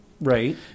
Right